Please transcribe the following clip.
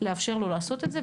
לעשות את זה,